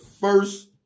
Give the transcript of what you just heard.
first